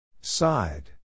Side